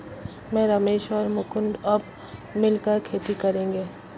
मैं, रमेश और मुकुंद अब मिलकर खेती करेंगे